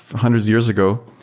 hundreds of years ago,